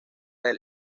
del